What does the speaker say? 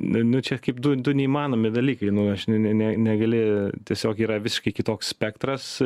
nu nu čia kaip du du neįmanomi dalykai nu aš ne ne negali tiesiog yra visiškai kitoks spektras